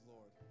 Lord